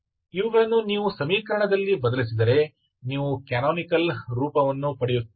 ಇವುಗಳನ್ನು ನೀವು ಸಮೀಕರಣದಲ್ಲಿ ಬದಲಿಸಿದರೆ ನೀವು ಕ್ಯಾನೊನಿಕಲ್ ರೂಪವನ್ನು ಪಡೆಯುತ್ತೀರಿ